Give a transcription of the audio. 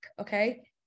okay